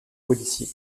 policier